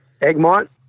Egmont